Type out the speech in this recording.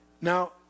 Now